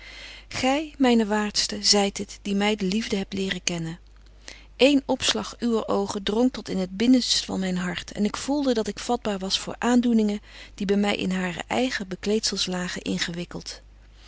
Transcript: gy myne waartste zyt het die my de liefde hebt leren kennen eén opslag uwer oogen drong tot in het binnenst van myn hart en ik voelde dat ik vatbaar was voor aandoeningen die by my in hare eigen bekleedzels lagen ingewikkelt